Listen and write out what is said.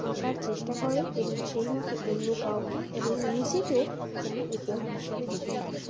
আঁকার চেষ্টা করে এবং সেই মতো অন্য কাউকে এবং নিজেকেও যেন উপহার হিসাবে দিতে পারে